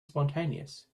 spontaneous